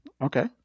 okay